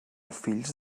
fills